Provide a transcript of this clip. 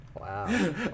Wow